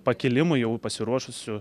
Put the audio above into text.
pakilimui jau pasiruošusių